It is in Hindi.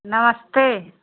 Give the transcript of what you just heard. नमस्ते